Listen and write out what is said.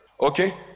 Okay